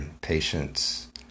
patience